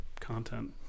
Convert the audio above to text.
content